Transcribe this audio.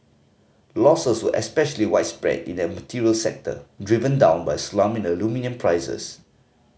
losses were especially widespread in the materials sector driven down by a slump in aluminium prices